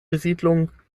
besiedlung